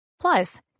Plus